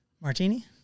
martini